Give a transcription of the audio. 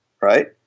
right